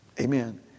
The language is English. Amen